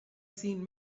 seen